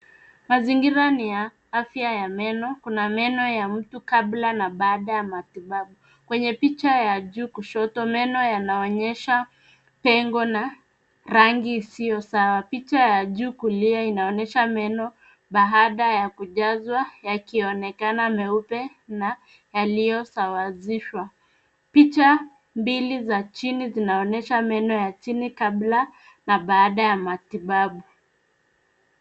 Mazingira ni ya Afya ya meno. Kuna meno ya mtu kabla na baada ya matibabu. Kwenye picha ya juu kushoto, meno yanaonyesha pengo na rangi isiyo sawa. Picha ya juu kulia inaonyesha meno baada ya kujazwa, yakionekana meupe na yaliyosawazishwa. Picha mbili za chini zinaonyesha meno ya chini kabla na baada ya matibabu.